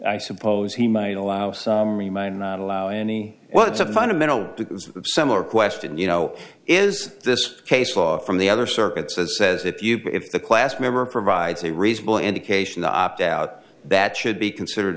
i suppose he might allow some remain not allow any well it's a fundamental similar question you know is this case law from the other circuits as says if you go if a class member provides a reasonable indication to opt out that should be considered